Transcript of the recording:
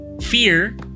Fear